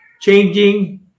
changing